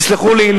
תסלחו לי,